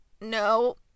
No